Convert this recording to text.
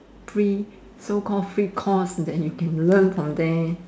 free so call free course that you can learn from there